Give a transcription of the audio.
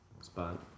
spot